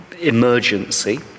emergency